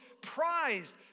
prized